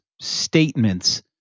statements